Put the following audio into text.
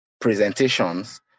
presentations